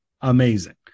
amazing